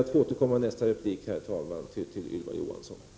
Jag ber att i nästa replik få återkomma till Ylva Johanssons inlägg.